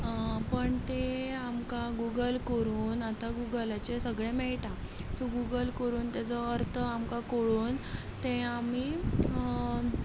पण तें आमकां गुगल करून आतां गुगलाचेर सगळें मेळटा सो गुगल करून ताजो अर्थ आमकां कळून तें आमी